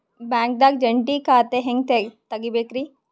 ಬ್ಯಾಂಕ್ದಾಗ ಜಂಟಿ ಖಾತೆ ಹೆಂಗ್ ತಗಿಬೇಕ್ರಿ?